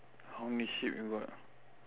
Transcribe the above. how many sheep you got